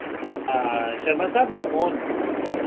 हां शर्मा साहब में मोह्न